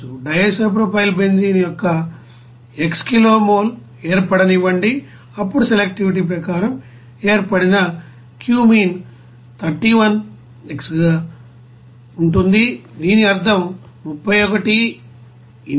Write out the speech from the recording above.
DIPB యొక్క x kilo mole ఏర్పడనివ్వండి అప్పుడు సెలెక్టివిటీ ప్రకారం ఏర్పడిన క్యూమీ న్ 31 x గా ఉంటుంది దీని అర్థం 31 x 173